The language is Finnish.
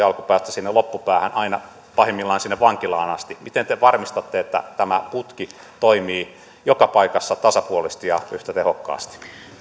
alkupäästä sinne loppupäähän pahimmillaan aina sinne vankilaan asti miten te varmistatte että tämä putki toimii joka paikassa tasapuolisesti ja yhtä tehokkaasti